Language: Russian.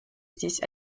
здесь